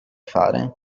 fare